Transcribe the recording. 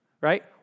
right